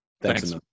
Thanks